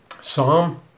Psalm